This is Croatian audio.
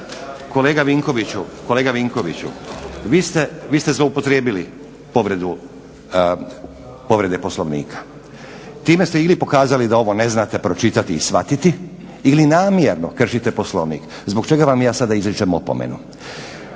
Kolega Vinkoviću, vi ste zloupotrijebili povredu Poslovnika. Time ste ili pokazali da ovo ne znate pročitati i shvatiti ili namjerno kršite Poslovnik zbog čega vam ja sada izričem opomenu